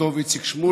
הטוב איציק שמולי,